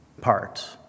parts